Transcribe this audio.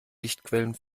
lichtquellen